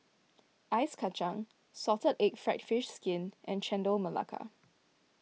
Ice Kacang Salted Egg Fried Fish Skin and Chendol Melaka